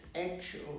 actual